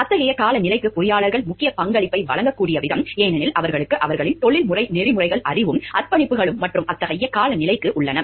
அத்தகைய காலநிலைக்கு பொறியாளர்கள் முக்கிய பங்களிப்பை வழங்கக்கூடிய விதம் ஏனெனில் அவர்களுக்கு அவர்களின் தொழில்முறை நெறிமுறைகள் அறிவும் அர்ப்பணிப்புகளும் மற்றும் அத்தகைய காலநிலைக்கு உள்ளன